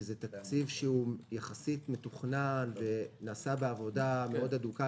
שהוא תקציב מתוכנן יחסית ונעשה בעבודה הדוקה